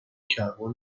کربن